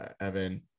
Evan